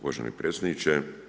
Uvaženi predsjedniče.